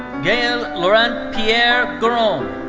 gael laurent pierre goron.